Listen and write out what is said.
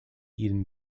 eaten